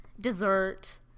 dessert